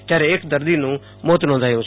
જયારે એક દર્દીનું મોત નોંધાયું છે